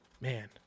Man